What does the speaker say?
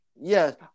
Yes